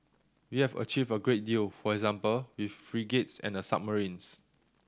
we have achieved a great deal for example with frigates and the submarines